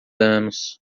anos